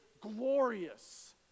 glorious